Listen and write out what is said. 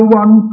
one